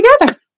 together